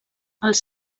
els